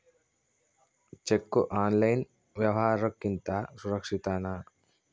Cheque online ವ್ಯವಹಾರುಕ್ಕಿಂತ ಸುರಕ್ಷಿತನಾ?